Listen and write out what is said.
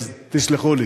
אז תסלחו לי.